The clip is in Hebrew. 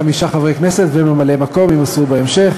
שמות חמישה חברי כנסת וממלאי-מקום יימסרו בהמשך.